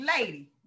lady